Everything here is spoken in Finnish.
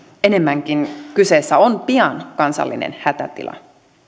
enemmänkin kyseessä on pian kansallinen hätätila